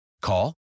Call